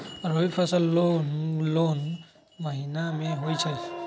रबी फसल कोंन कोंन महिना में होइ छइ?